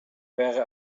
wäre